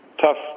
tough